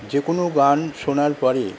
যে কোনো গান শোনার পরে